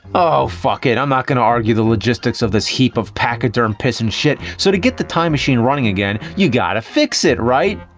oh fuck it! i'm not gonna argue the logistics of this heap of pachyderm piss and shit. so to get the time machine running again you got to fix it, right?